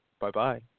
Bye-bye